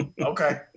Okay